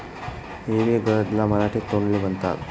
इवी गर्द ला मराठीत तोंडली म्हणतात